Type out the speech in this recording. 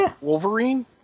Wolverine